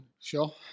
Sure